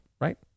right